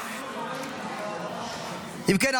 אם כן,